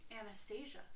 Anastasia